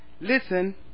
listen